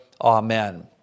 Amen